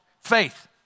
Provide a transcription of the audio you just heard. Faith